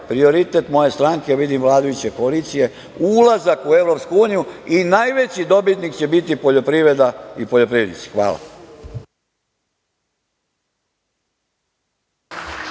prioritet moje stranke, vidim i vladajuće koalicije, ulazak u Evropsku uniju. Najveći dobitnik će biti poljoprivreda i poljoprivrednici. Hvala.